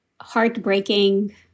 heartbreaking